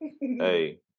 Hey